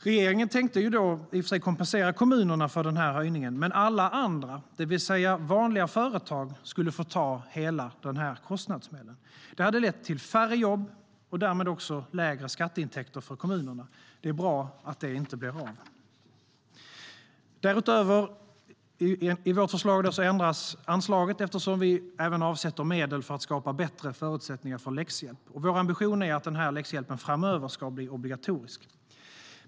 Regeringen tänkte i och för sig kompensera kommunerna för denna höjning. Men alla andra, det vill säga vanliga företag, skulle få ta hela kostnadssmällen. Det hade lett till färre jobb och därmed också lägre skatteintäkter för kommunerna. Det är bra att det inte blir av. Därutöver ändras anslaget i vårt förslag, eftersom vi även avsätter medel för att skapa bättre förutsättningar för läxhjälp. Vår ambition är att läxhjälpen framöver ska bli obligatorisk.